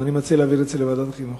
אני מציע להעביר את זה לוועדת החינוך.